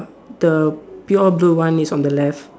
the pure blue one is on the left